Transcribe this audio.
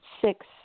six